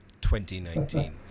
2019